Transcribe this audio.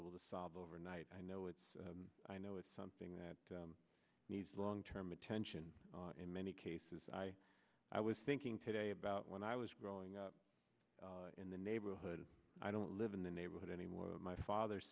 able to solve overnight i know it's i know it's something that needs long term attention in many cases i i was thinking today about when i was growing up in the neighborhood i don't live in the neighborhood anymore my father